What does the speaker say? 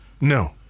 no